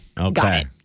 Okay